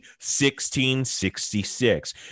1666